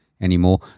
anymore